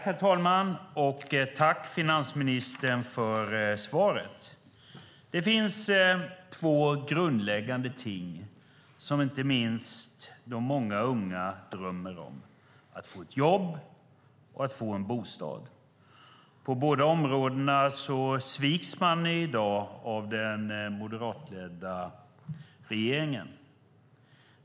Herr talman! Jag tackar finansministern för svaret. Det finns två grundläggande ting som inte minst många unga drömmer om: att få ett jobb och att få en bostad. På båda dessa områden sviks de i dag av den moderatledda regeringen.